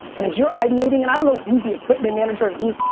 and as you're ideating, and i don't know who's the equipment manager, and who's ah